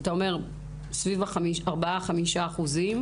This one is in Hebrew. סביב 5%-4% אחוזים,